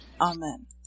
Amen